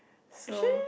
so